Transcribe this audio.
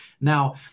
Now